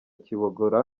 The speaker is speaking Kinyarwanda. kibogora